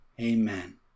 Amen